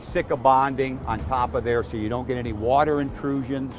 sika bonding on top of there so you don't get any water intrusions